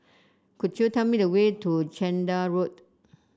could you tell me the way to Chander Road